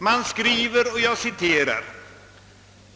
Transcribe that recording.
Man skriver: